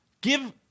Give